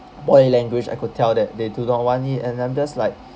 body language I could tell that they do not want it and I'm just like